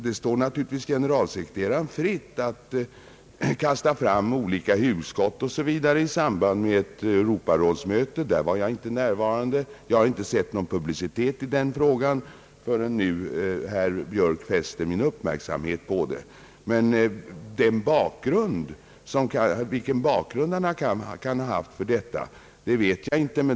Det står naturligtvis generalsekreteraren fritt att kasta fram olika hugskott osv. i samband med ett Europarådsmöte, där jag för övrigt inte var närvarande. Jag har inte sett någon publicitet i denna fråga, förrän herr Björk fäste min uppmärksamhet därpå. Men jag vet inte vilken bakgrund generalsekreteraren kan ha haft för sitt påstående.